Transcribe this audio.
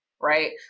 right